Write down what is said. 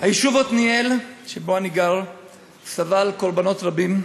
היישוב עתניאל שבו אני גר סבל קורבנות רבים: